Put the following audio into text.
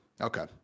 Okay